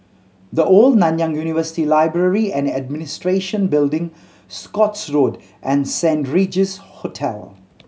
The Old Nanyang University Library and Administration Building Scotts Road and Saint Regis Hotel